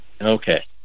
Okay